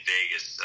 Vegas